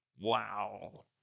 Wow